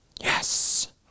Yes